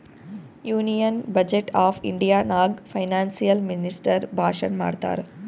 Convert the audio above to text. union budget of India ನಾಗ್ financial minister ಭಾಷಣ್ ಮಾಡ್ತಾರ್